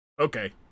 Okay